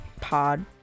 pod